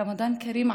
רמדאן כרים,